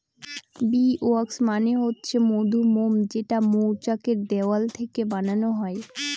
bee wax মানে হচ্ছে মধুমোম যেটা মৌচাক এর দেওয়াল থেকে বানানো হয়